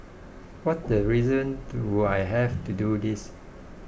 what the reason do I have to do this